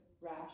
rash